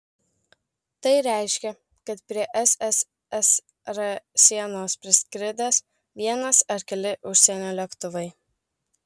tai reiškė kad prie sssr sienos priskridęs vienas ar keli užsienio lėktuvai